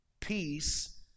Peace